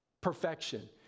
Perfection